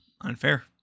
unfair